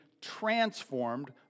transformed